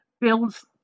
builds